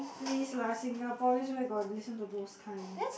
please lah Singaporeans where got listen to those kind